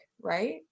right